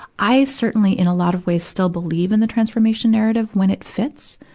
i certainly, in a lot of ways, still believe in the transformation narrative when it fits.